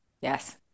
Yes